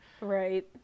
Right